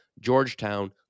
Georgetown